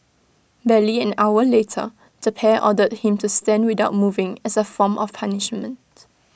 barely an hour later the pair ordered him to stand without moving as A form of punishment